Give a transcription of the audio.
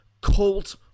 cult